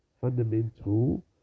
fundamental